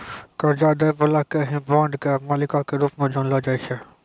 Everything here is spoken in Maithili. कर्जा दै बाला के ही बांड के मालिको के रूप मे जानलो जाय छै